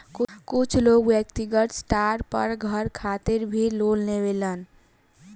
कुछ लोग व्यक्तिगत स्टार पर घर खातिर भी लोन लेवेलन